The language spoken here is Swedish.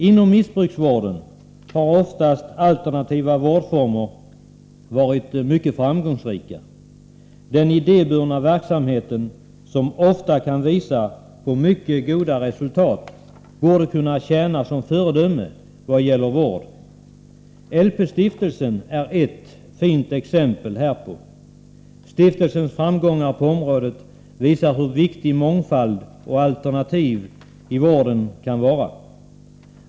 Inom missbruksvården har de alternativa vårdformerna oftast varit mycket framgångsrika. Den idéburna verksamheten, som ofta kan visa på mycket goda resultat, borde här kunna tjäna som föredöme för vården. Ett bra exempel på detta är LP-stiftelsen. Stiftelsens framgångar på området visar hur viktigt mångfald och alternativ i vården kan vara.